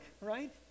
right